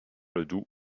ledoux